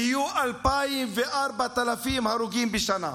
יהיו 2,000 ו-4,000 הרוגים בשנה.